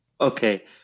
Okay